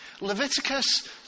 Leviticus